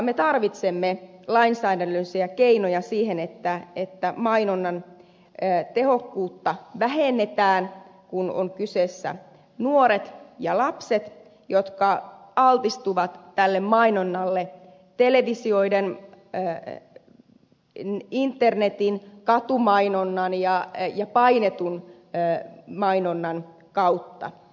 me tarvitsemme lainsäädännöllisiä keinoja siihen että mainonnan tehokkuutta vähennetään kun kyseessä ovat nuoret ja lapset jotka altistuvat tälle mainonnalle televisioiden internetin katumainonnan ja painetun mainonnan kautta